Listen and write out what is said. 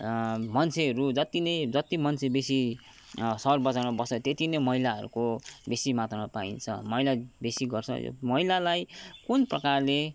मान्छेहरू जत्ति नै जत्ति मान्छे बेसी सहर बजारमा बस्छ त्यति नै मैलाहरूको बेसी मात्रामा पाइन्छ मैलाहरू बेसी गर्छ मैलालाई कुन प्रकारले